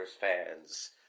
fans